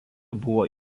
buvo